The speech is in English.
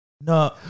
No